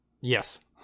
Yes